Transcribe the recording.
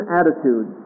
attitude